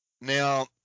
Now